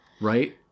right